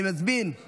אני מזמין את